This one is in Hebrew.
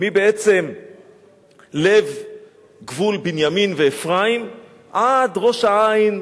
מלב גבול בנימין ואפרים עד ראש-העין,